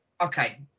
Okay